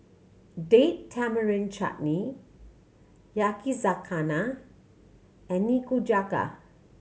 Date Tamarind Chutney Yakizakana and Nikujaga